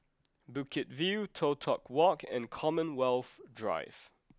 Bukit View Toh Tuck Walk and Commonwealth Drive